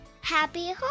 happy